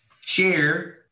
share